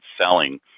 Selling